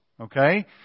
okay